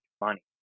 money